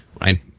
right